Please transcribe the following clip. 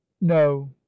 no